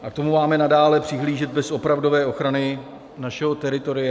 A tomu máme nadále přihlížet bez opravdové ochrany našeho teritoria?